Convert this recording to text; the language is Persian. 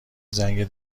زنگ